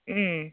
उम